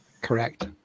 Correct